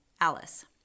Alice